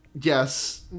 Yes